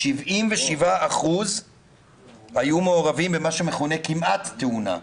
77% היו מעורבים במה שמכונה "כמעט תאונה".